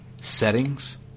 settings